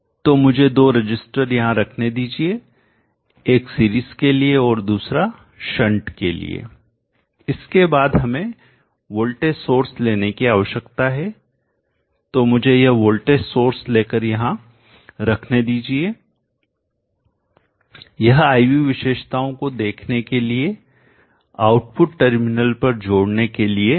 तो मुझे दो रजिस्टर यहां रखने दीजिए एक सीरीज के लिए और दूसरा शंट के लिए उसके बाद हमें वोल्टेज सोर्स लेने की आवश्यकता है तो मुझे यह वोल्टेज सोर्स लेकर यहां रखने दीजिए यह I V विशेषताओं को देखने के लिए आउटपुट टर्मिनल पर जोड़ने के लिए है